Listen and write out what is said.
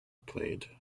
played